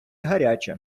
гаряче